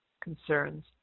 concerns